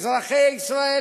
אזרחי ישראל,